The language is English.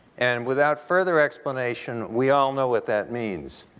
and without further explanation, we all know what that means.